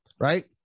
right